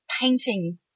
painting